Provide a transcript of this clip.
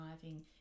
driving